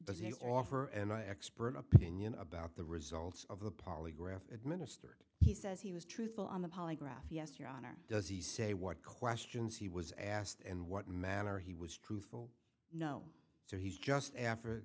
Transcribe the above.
he offer and i expert opinion about the results of the polygraph administered he says he was truthful on the polygraph yes your honor does he say what questions he was asked and what manner he was truthful no so he's just after